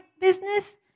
business